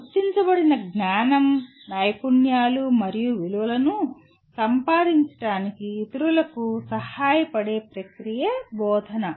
గుర్తించబడిన జ్ఞానం నైపుణ్యాలు మరియు విలువలను సంపాదించడానికి ఇతరులకు సహాయపడే ప్రక్రియ "బోధన"